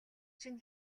чинь